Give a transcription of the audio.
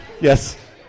Yes